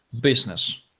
business